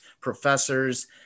professors